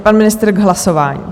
Pan ministr k hlasování.